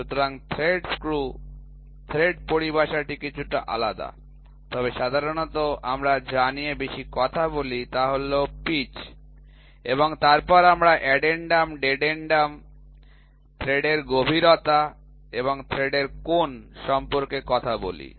সুতরাং thread screw thread পরিভাষাটি কিছুটা আলাদা তবে সাধারণত আমরা যা নিয়ে বেশি কথা বলি তা হল পিচ এবং তারপর আমরা অ্যাডেনডাম ডেডেন্ডাম থ্রেডের গভীরতা এবং থ্রেডের কোণ সম্পর্কে কথা বলি